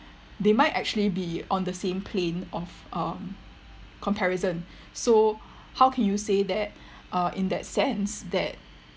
they might actually be on the same plane of um comparison so how can you say that uh in that sense that